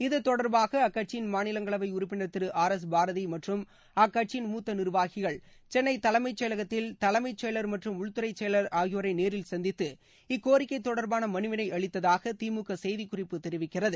இது தொடர்பாக அக்கட்சியின் மாநிலங்களவை உறுப்பினர் திரு ஆர் எஸ் பாரதி மற்றும் அக்கட்சியின் மூத்த நிர்வாகிகள் சென்னை தலைமைச் செயலகத்தில் தலைமை செயலா் மற்றும் உள்துறை செயலர் ஆகியோரை நேரில் சந்தித்து இக்கோரிக்கை தொடர்பான மனுவினை அளித்ததாக தி மு க செய்திக்குறிப்பு தெரிவிக்கிறது